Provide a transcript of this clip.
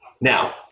Now